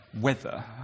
weather